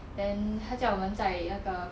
then 他叫我们在那个